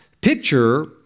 picture